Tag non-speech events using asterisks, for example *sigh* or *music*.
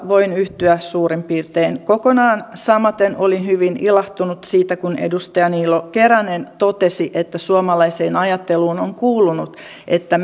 voin yhtyä suurin piirtein kokonaan samaten olin hyvin ilahtunut siitä kun edustaja niilo keränen totesi että suomalaiseen ajatteluun on kuulunut että *unintelligible*